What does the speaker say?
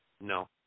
no